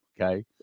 okay